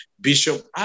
Bishop